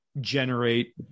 generate